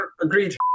Agreed